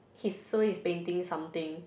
he sold his painting something